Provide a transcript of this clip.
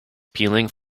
peeling